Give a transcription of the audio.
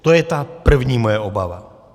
To je ta první moje obava.